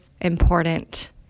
important